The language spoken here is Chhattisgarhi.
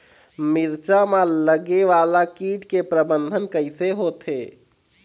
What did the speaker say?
मिरचा मा लगे वाला कीट के प्रबंधन कइसे होथे?